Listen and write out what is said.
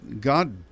God